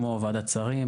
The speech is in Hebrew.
כמו וועדת שרים,